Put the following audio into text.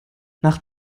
nach